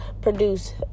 produce